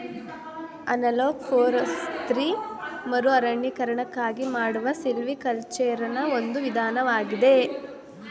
analog forestry ಮರುಅರಣ್ಯೀಕರಣಕ್ಕಾಗಿ ಮಾಡುವ ಸಿಲ್ವಿಕಲ್ಚರೆನಾ ಒಂದು ವಿಧಾನವಾಗಿದೆ